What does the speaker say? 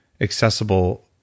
accessible